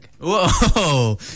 Whoa